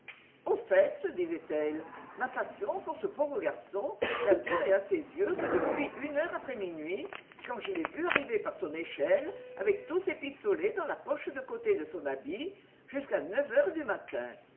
au fait se disait-elle ma passion pour ce pauvre garçon n'a duré à ses yeux que depuis une heure après minuit quand je l'ai vu arriver par son échelle avec tous ses pistolets dans la poche de côté de son habit jusqu'à neuf heures du matin